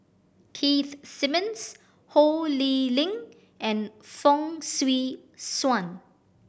Keith Simmons Ho Lee Ling and Fong Swee Suan